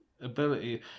Ability